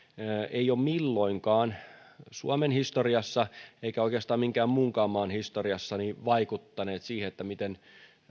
eivät ole milloinkaan suomen historiassa eivätkä oikeastaan minkään muunkaan maan historiassa vaikuttaneet siihen miten